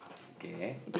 okay